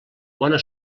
bona